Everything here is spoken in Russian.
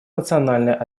национальная